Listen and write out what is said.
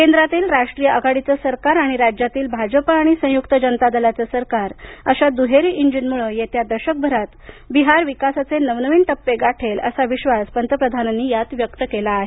केंद्रातील राष्ट्रीय आघाडीचे सरकार आणि राज्यातील भाजप आणि संयुक्त जनता दलाचे सरकार अशा दुहेरी इंजिनामुळे येत्या दशकभरात बिहार विकासाचे नवनवीन टप्पे गाठेल असा विश्वास पंतप्रधानांनी व्यक्त केला आहे